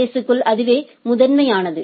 S க்குள் அதுவே முதன்மையானது